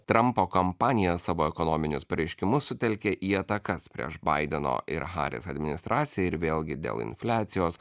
trampo kampaniją savo ekonominius pareiškimus sutelkia į atakas prieš baideno ir haris administraciją ir vėlgi dėl infliacijos